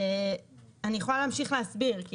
אני יכולה להמשיך להסביר.